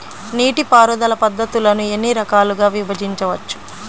నీటిపారుదల పద్ధతులను ఎన్ని రకాలుగా విభజించవచ్చు?